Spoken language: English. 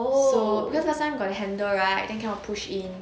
so because last time got handle right then cannot pushed in